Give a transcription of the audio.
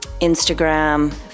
Instagram